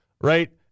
Right